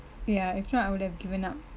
ya if not I would have given up